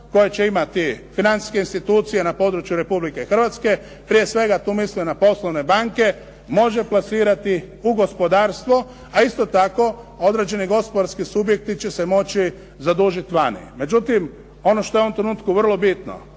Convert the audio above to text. koja će imati financijske institucije na području Republike Hrvatske, prije svega tu mislim na poslovne banke, može plasirati u gospodarstvo a isto tako određeni gospodarski subjekti će se moći zadužiti vani. Međutim, oni što je u ovom trenutku vrlo bitno,